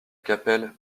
capelle